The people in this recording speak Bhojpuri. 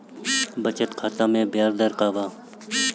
बचत खाता मे ब्याज दर का बा?